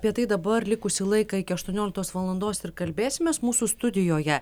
apie tai dabar likusį laiką iki aštuonioliktos valandos ir kalbėsimės mūsų studijoje